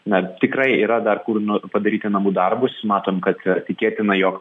na tikrai yra dar kur na padaryti namų darbus matom kad tikėtina jog